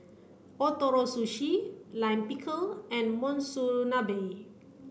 Ootoro Sushi Lime Pickle and Monsunabe